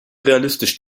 realistisch